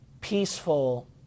peaceful